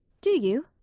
do you?